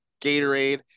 Gatorade